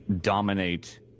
dominate